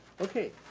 okay.